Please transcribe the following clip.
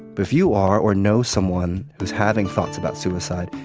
if you are or know someone who is having thoughts about suicide,